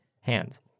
hands